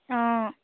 অঁ